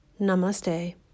Namaste